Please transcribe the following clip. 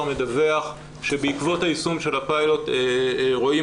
מדווח שבעקבות יישום הפיילוט רואים